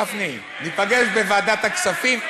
אלעזר, אני רוצה, גפני, ניפגש בוועדת הכספים.